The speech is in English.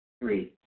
Three